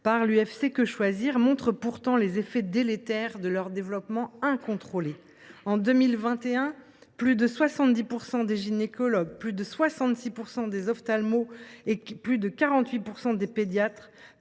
par l’UFC Que Choisir montre pourtant les effets délétères de leur développement incontrôlé : en 2021, plus de 70 % des gynécologues, 66 % des ophtalmologues et 48 % des pédiatres